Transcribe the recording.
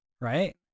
Right